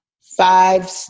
five